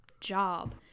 job